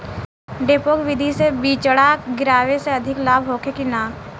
डेपोक विधि से बिचड़ा गिरावे से अधिक लाभ होखे की न?